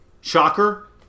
Shocker